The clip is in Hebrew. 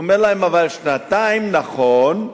הוא אומר להם: שנתיים, נכון,